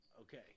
Okay